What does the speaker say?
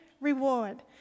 reward